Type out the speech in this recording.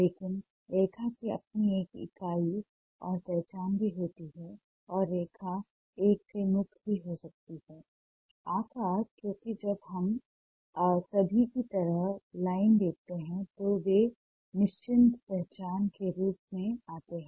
लेकिन रेखा की अपनी एक इकाई और पहचान भी होती है और रेखा एकसे मुक्त भी हो सकती है आकार क्योंकि जब हम हम सभी की तरह लाइन देखते हैं तो वे निश्चित पहचान के रूप में आते हैं